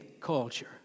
culture